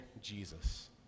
Jesus